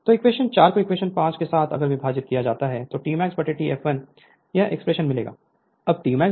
तो इक्वेशन 4 को इक्वेशन 5 के साथ अगर विभाजित किया जाए तो तो T maxT fl यह एक्सप्रेशन मिलेगा